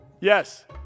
Yes